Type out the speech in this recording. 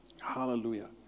Hallelujah